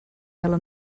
ela